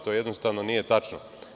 To jednostavno nije tačno.